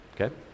okay